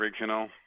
original